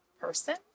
person